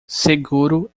seguro